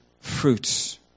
Fruits